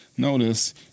Notice